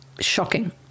shocking